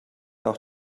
auch